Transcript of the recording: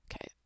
Okay